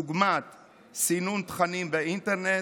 דוגמת סינון תכנים באינטרנט,